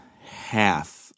half